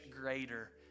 greater